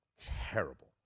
terrible